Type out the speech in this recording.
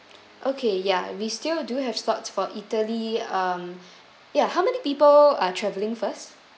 okay ya we still do have slots for italy um ya how many people are travelling first